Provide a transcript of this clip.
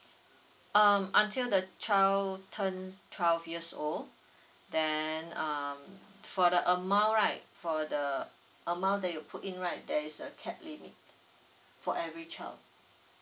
um until the child turned twelve years old then um for the amount right for the amount that you put in right there is a capped limit for every child